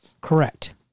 Correct